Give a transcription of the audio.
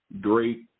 Great